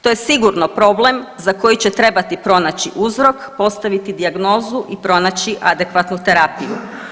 To je sigurno problem za koji će trebati pronaći uzrok, postaviti dijagnozu i pronaći adekvatnu terapiju.